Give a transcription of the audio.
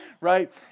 right